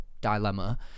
dilemma